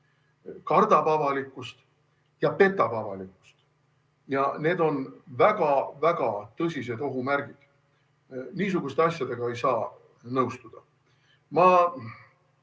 kardab avalikkust ja petab avalikkust. Need on väga-väga tõsised ohumärgid. Niisuguste asjadega ei saa nõustuda. Tooksin